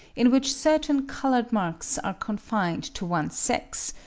in which certain coloured marks are confined to one sex,